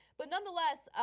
but nonetheless,